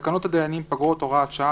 "תקנות הדיינים (פגרות) (הוראת שעה),